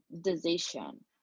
decision